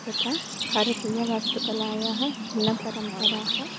तथा भारतीयवास्तुकलायाः भिन्नपरम्पराः